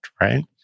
right